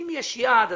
אם יש יעד,